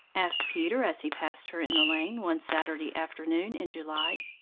asked peter, as he passed her in the lane, one saturday afternoon in july.